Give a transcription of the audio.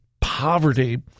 poverty